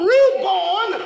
Reborn